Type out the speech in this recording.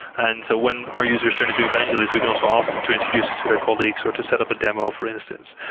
and so when our users turn into evangelists, we can also ask them to introduce it to their colleagues, or to set up a demo for instance.